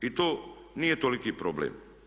I to nije toliki problem.